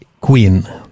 queen